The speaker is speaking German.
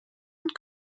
und